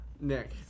Nick